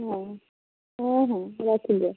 ହଁ ହଁ ହଁ ରଖି ଦିଅ